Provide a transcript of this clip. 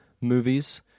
movies